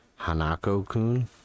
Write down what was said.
Hanako-kun